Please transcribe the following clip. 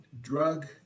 drug